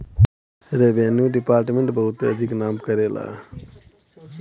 revenue department बहुते अधिक नाम करेला